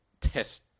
test